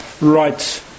right